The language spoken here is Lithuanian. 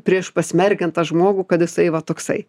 prieš pasmerkiant tą žmogų kad jisai va toksai